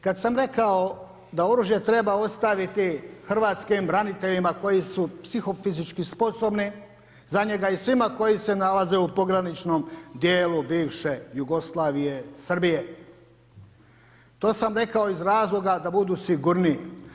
Kad sam rekao da oružje treba ostaviti hrvatskim braniteljima koji su psihofizički sposobni za njega i svima koji se nalaze u pograničnom dijelu bivše Jugoslavije Srbije, to sam rekao iz razloga da budu sigurniji.